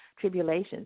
tribulations